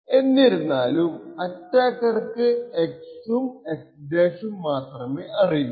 എന്തിരുന്നാലും അറ്റാക്കർക്കു x ഉം x ഉം മാത്രമേ അറിയൂ